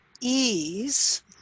ease